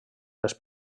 les